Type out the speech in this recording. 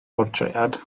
bortread